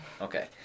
Okay